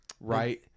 right